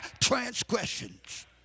transgressions